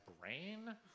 brain